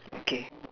okay